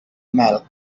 milk